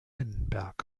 lindenberg